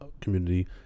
community